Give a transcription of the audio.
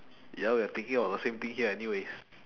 ya we are thinking about the same thing here anyways